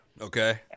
Okay